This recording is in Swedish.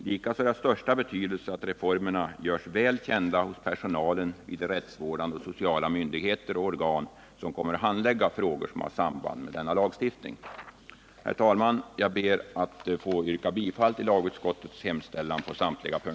Likaså är det av största betydelse att reformerna görs väl kända 29 bland personalen vid rättsvårdande och sociala myndigheter och organ som kommer att handlägga frågor som har samband med denna lagstiftning. Herr talman! Jag ber att på samtliga punkter få yrka bifall till lagutskottets hemställan.